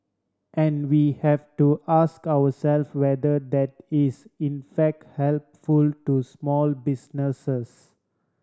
and we have to ask ourself whether that is in fact helpful to small businesses